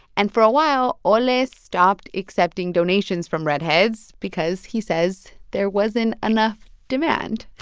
and for a while, ole stopped accepting donations from redheads because he says there wasn't enough demand